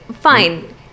fine